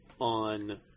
on